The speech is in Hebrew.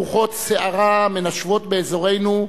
רוחות סערה מנשבות באזורנו,